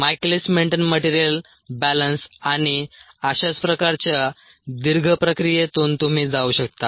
Michaelis Menten material balance आणि अशाच प्रकाराच्या दीर्घ प्रक्रियेतून तुम्ही जाऊ शकता